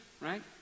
right